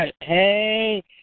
Hey